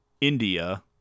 india